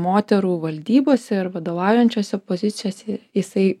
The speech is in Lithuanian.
moterų valdybose ir vadovaujančiose pozicijose jisai